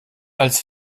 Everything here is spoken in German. als